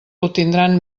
obtindran